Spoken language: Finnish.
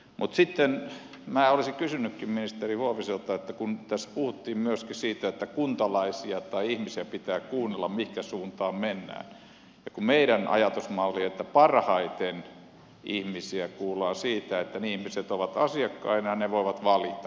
mutta sitten minä olisinkin kysynyt ministeri huoviselta kun tässä puhuttiin myöskin siitä että kuntalaisia tai ihmisiä pitää kuunnella mihin suuntaan mennään kun meidän ajatusmallimme on että parhaiten ihmisiä kuullaan siten että ihmiset ovat asiakkaina ja he voivat valita